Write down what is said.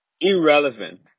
irrelevant